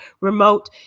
remote